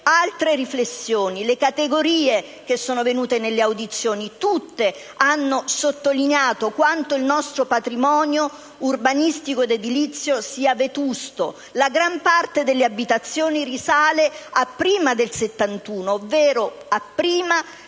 altre riflessioni. Tutte le categorie che hanno partecipato alle audizioni hanno sottolineato quanto il nostro patrimonio urbanistico ed edilizio sia vetusto. La gran parte delle abitazioni risale a prima del 1971, ovvero a prima